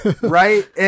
Right